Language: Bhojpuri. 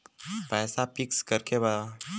पैसा पिक्स करके बा?